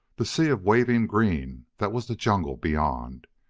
the sea of waving green that was the jungle beyond,